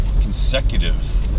consecutive